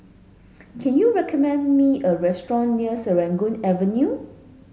can you recommend me a restaurant near Serangoon Avenue